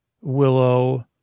Willow